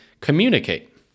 communicate